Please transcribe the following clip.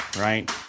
right